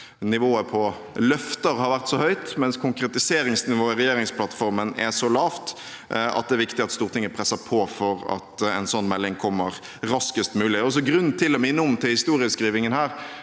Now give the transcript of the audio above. nivået på løfter har vært så høyt, mens konkretiseringsnivået i regjeringsplattformen er så lavt at det er viktig at Stortinget presser på for at en sånn melding kommer raskest mulig. Det er også grunn til å minne om – til historieskrivingen her